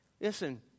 Listen